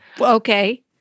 Okay